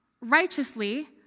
righteously